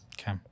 Okay